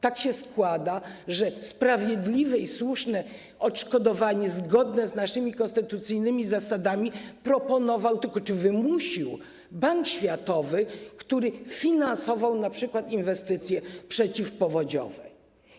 Tak się składa, że sprawiedliwe i słuszne odszkodowanie, zgodne z naszymi konstytucyjnymi zasadami, proponował, czy tylko wymusił, Bank Światowy, który finansował np. inwestycje przeciwpowodziowe.